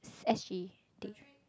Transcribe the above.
S G D